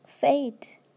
fate